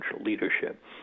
leadership